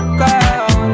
girl